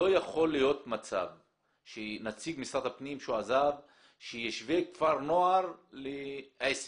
לא יכול להיות מצב שנציג משרד הפנים שעזב משווה כפר נוער לעסק.